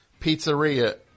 pizzeria